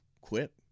quit